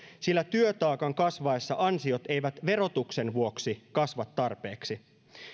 sillä työtaakan kasvaessa ansiot eivät verotuksen vuoksi kasva tarpeeksi